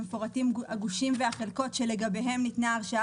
מפורטים הגושים והחלקות שלגביהם ניתנה ההרשאה.